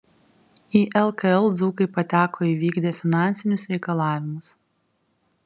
į lkl dzūkai pateko įvykdę finansinius reikalavimus